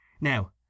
now